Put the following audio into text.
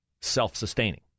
self-sustaining